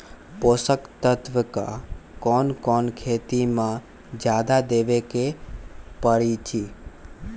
पोषक तत्व क कौन कौन खेती म जादा देवे क परईछी?